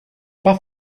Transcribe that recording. pas